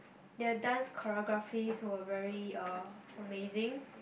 their dance choreographies were very uh amazing